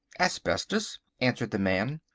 asbestos, answered the man.